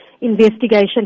investigation